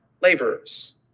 laborers